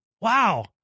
Wow